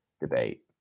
debate